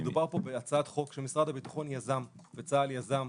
מדובר פה בהצעת חוק שמשרד הביטחון יזם וצה"ל יזם,